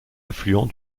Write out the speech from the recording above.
affluent